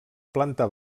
planta